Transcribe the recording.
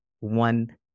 one